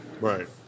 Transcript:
Right